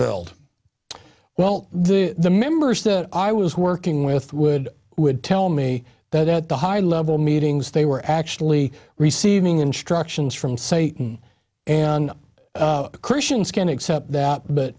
build well the the members to i was working with would would tell me that at the high level meetings they were actually receiving instructions from satan and christians can accept that but